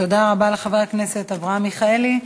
תודה רבה לחבר הכנסת אברהם מיכאלי.